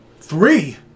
Three